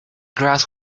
grass